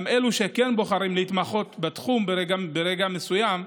גם אלו שכן בוחרים להתמחות בתחום ברגע מסוים,